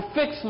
fix